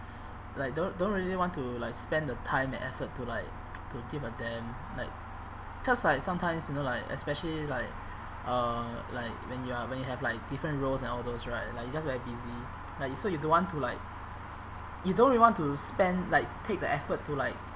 like don't don't really want to like spend the time and effort to like to give a damn like cause like sometimes you know like especially like uh like when you are when you have like different roles and all those right like you just very busy like you so you don't want to like you don't really want to spend like take the effort to like